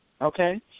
okay